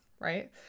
right